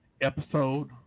episode